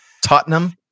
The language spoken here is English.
Tottenham